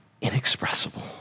inexpressible